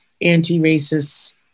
anti-racist